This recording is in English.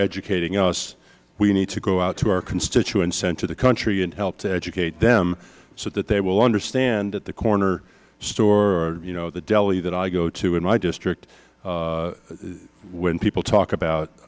educating us we need to go out to our constituents and to the country and help to educate them so that they will understand that the corner store or you know the deli that i go to in my district when people talk about